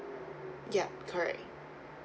yup correct